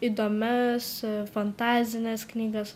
įdomias fantazines knygas